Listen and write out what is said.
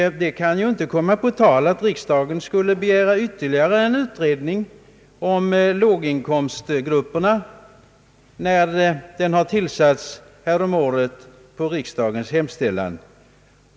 Det kan inte komma på tal att riksdagen begär ytterligare en utredning om låginkomstgrupperna när den nämnda tillsattes häromåret på riksdagens hemställan.